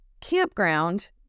campground